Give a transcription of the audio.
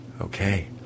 Okay